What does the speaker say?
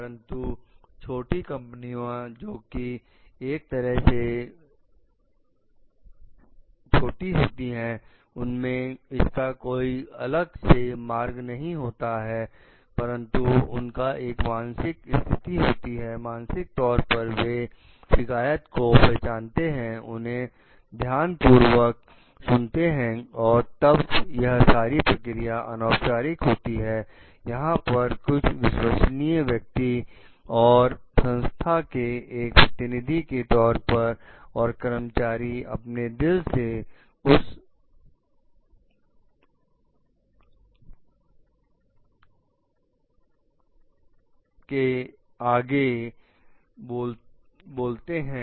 परंतु छोटी कंपनियां जो कि एक तरह से मूर्ख होती हैं उनमें इसका कोई अलग से मार्ग नहीं होता है परंतु उनका एक मानसिक स्थिति होती है मानसिक तौर पर वे उसकी शिकायत को पहचानते हैं उसे ध्यानपूर्वक सुनते हैं और तब यह सारी प्रक्रियाएं अनौपचारिक होती हैं यहां पर कुछ विश्वसनीय व्यक्ति और संस्था के एक प्रतिनिधि के तौर पर और कर्मचारी अपने दिल से उस व्यक्ति के आगे बोलते हैं